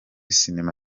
sinema